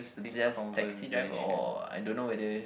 so just taxi driver or I don't know whether